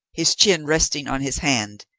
his chin resting on his hand,